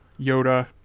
Yoda